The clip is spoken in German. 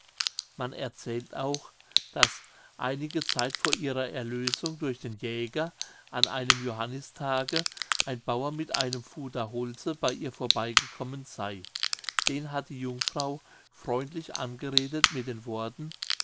man erzählt auch daß einige zeit vor ihrer erlösung durch den jäger an einem johannistage ein bauer mit einem fuder holze bei ihr vorbeigekommen sey den hat die jungfrau freundlich angeredet mit den worten